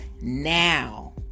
now